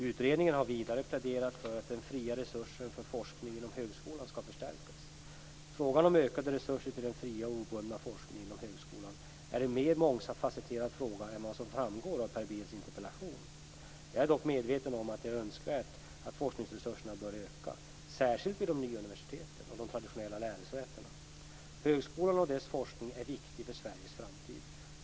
Utredningen har vidare pläderat för att den fria resursen för forskning inom högskolan skall förstärkas. Frågan om ökade resurser till den fria och obundna forskningen inom högskolan är mer mångfacetterad än vad som framgår av Per Bills interpellation. Jag är dock medveten om att det är önskvärt att forskningsresurserna bör öka, särskilt vid de nya universiteten och de traditionella lärosätena. Högskolan och dess forskning är viktig för Sveriges framtid.